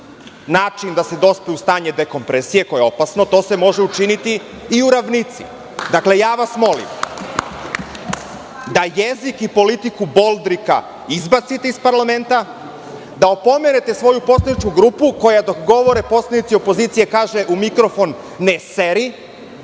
način da se dospe u stanje dekompresije, koje je opasno. To se može učiniti i u ravnici. Dakle, molim vas da jezik i politiku Boldrika izbacite iz parlamenta, da opomenete svoju poslaničku grupu koja dok govore poslanici opozicije kaže u mikrofon – ne seri